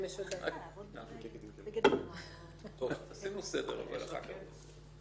או הפעילו עליו לחץ מצד החשוד?